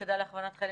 היחידה להכוונת חיילים